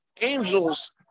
angels